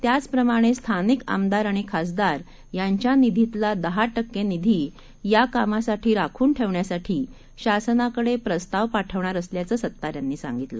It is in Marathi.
त्याचप्रमाणेस्थानिकआमदारआणिखासदारयांच्यानिधीतलादहाटक्केनिधीयाकामासाठीराखूनठेवण्यासाठीशासनाकडेप्रस्तावपाठवणारअ सल्याचंसत्तारयांनीसांगितलं